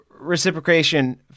reciprocation